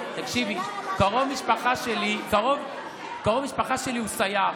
השאלה, תקשיבי, קרוב משפחה שלי הוא סייר.